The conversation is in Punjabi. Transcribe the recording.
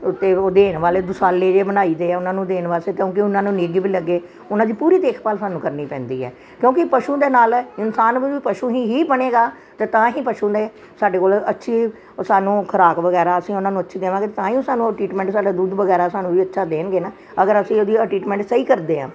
ਉੱਤੇ ਉਹਦੇ ਵਾਲੇ ਦੁਸ਼ਾਲੇ ਜਿਹੇ ਬਣਾਈ ਦੇ ਆ ਉਹਨਾਂ ਨੂੰ ਦੇਣ ਵਾਸਤੇ ਕਿਉਂਕਿ ਉਹਨਾਂ ਨੂੰ ਨਿੱਘ ਵੀ ਲੱਗੇ ਉਹਨਾਂ ਦੀ ਪੂਰੀ ਦੇਖਭਾਲ ਸਾਨੂੰ ਕਰਨੀ ਪੈਂਦੀ ਆ ਕਿਉਂਕਿ ਪਸ਼ੂ ਦੇ ਨਾਲ ਇਨਸਾਨ ਨੂੰ ਵੀ ਪਸ਼ੂ ਹੀ ਬਣੇਗਾ ਅਤੇ ਤਾਂ ਹੀ ਪਸ਼ੂ ਦੇ ਸਾਡੇ ਕੋਲ ਅੱਛੀ ਸਾਨੂੰ ਖੁਰਾਕ ਵਗੈਰਾ ਅਸੀਂ ਉਹਨਾਂ ਨੂੰ ਅੱਛੀ ਦੇਵਾਂਗੇ ਤਾਂ ਹੀ ਉਹ ਸਾਨੂੰ ਟਰੀਟਮੈਂਟ ਸਾਡਾ ਦੁੱਧ ਵਗੈਰਾ ਸਾਨੂੰ ਵੀ ਅੱਛਾ ਦੇਣਗੇ ਨਾ ਅਗਰ ਅਸੀਂ ਉਹਦੀ ਟਰੀਟਮੈਂਟ ਸਹੀ ਕਰਦੇ ਹਾਂ